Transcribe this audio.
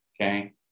Okay